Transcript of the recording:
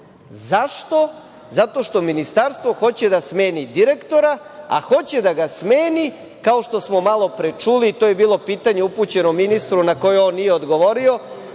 Zašto? Zato što Ministarstvo hoće da smeni direktora, a hoće da ga smeni, kao što smo malo pre čuli, to je bilo pitanje upućeno ministru na koje on nije odgovorio,